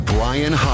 Brian